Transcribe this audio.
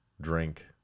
Drink